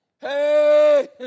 Hey